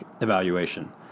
evaluation